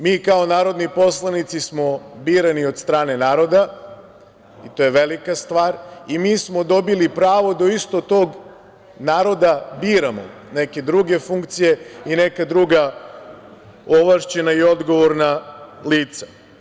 Mi kao narodni poslanici smo birani od strane naroda i to je velika stvar i mi smo dobili pravo od istog tog naroda da biramo neke druge funkcije i neka druga ovlašćena i odgovorna lica.